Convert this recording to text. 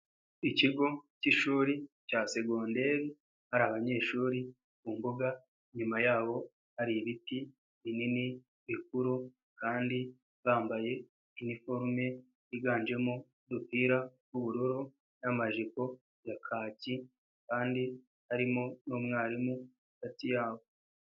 Ikigo cy'ishuri cya segondaire hari abanyeshuri ku mbuga. Inyuma yabo hari ibiti binini bikuru kandi bambaye iniforume yiganjemo udupira tw'ubururu n'amajipo ya kaki kandi harimo n'umwarimu hagati yabo.